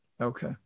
Okay